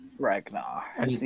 Ragnar